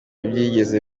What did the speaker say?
byigeze